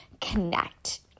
connect